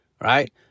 Right